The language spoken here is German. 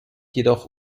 jedoch